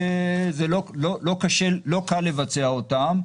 זה לא קל לבצע אותן,